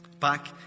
Back